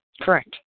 Correct